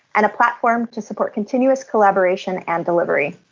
and a platform to support continuous collaboration and delivery.